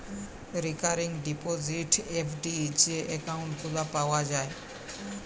recurring deposit, FD যে account গুলা পাওয়া যায়